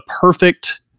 perfect